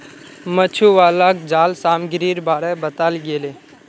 मछुवालाक जाल सामग्रीर बारे बताल गेले